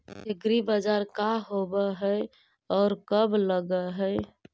एग्रीबाजार का होब हइ और कब लग है?